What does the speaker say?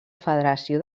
federació